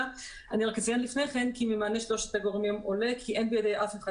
אני רק אציין כי ממענה שלושת הגורמים עולה כי אין בידי אף אחד